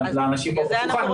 לאנשים פה בשולחן.